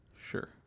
Sure